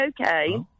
okay